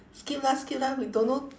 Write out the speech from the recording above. skip lah skip lah we don't know